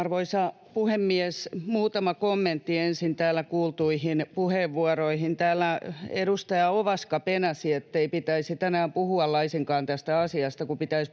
Arvoisa puhemies! Muutama kommentti ensin täällä kuultuihin puheenvuoroihin. Täällä edustaja Ovaska penäsi, ettei pitäisi tänään puhua laisinkaan tästä asiasta